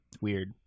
weird